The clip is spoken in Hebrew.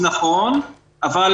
זה נכון,